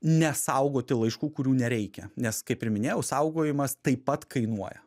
nesaugoti laiškų kurių nereikia nes kaip ir minėjau saugojimas taip pat kainuoja